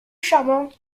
charmante